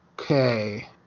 Okay